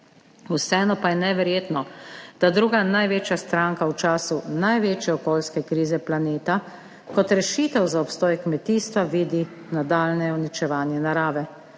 vseeno pa je neverjetno, da druga največja stranka v času največje okoljske krize planeta kot rešitev za obstoj kmetijstva vidi nadaljnje uničevanje narave